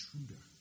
intruder